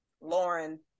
Lauren